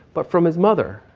but from his mother,